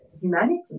humanity